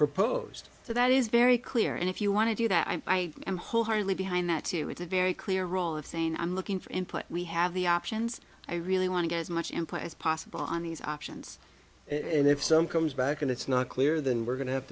proposed to that is very clear and if you want to do that i am wholeheartedly behind that too it's a very clear role of saying i'm looking for input we have the options i really want to get as much input as possible on these options and if some comes back and it's not clear then we're going to have